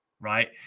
right